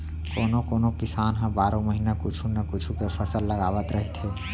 कोनो कोनो किसान ह बारो महिना कुछू न कुछू के फसल लगावत रहिथे